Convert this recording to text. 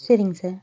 சரிங்க சார்